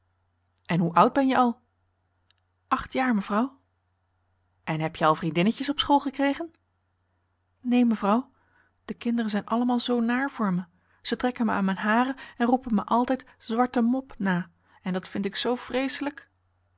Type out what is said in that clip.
en hoe oud ben je al acht jaar mevrouw henriette van noorden weet je nog wel van toen en heb je al vriendinnetjes op school gekregen neen mevrouw de kinderen zijn allemaal zoo naar voor me ze trekken me aan mijn haren en roepen mij altijd zwarte mop na en dat vind ik zoo vreeselijk